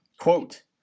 quote